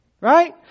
Right